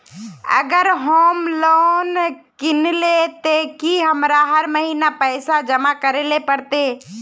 अगर हम लोन किनले ते की हमरा हर महीना पैसा जमा करे ले पड़ते?